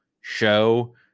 show